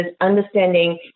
understanding